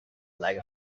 like